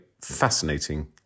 fascinating